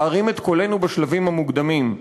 להרים את קולנו בשלבים המוקדמים.